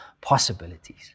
possibilities